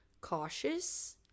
cautious